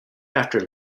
after